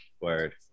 Word